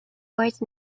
words